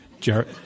Jared